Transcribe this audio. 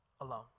alone